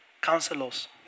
Counselors